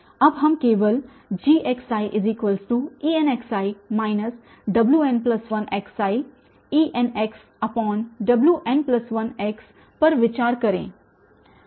अब हम केवल GxiEnxi wn1xiEnxwn1x पर विचार करें